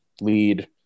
lead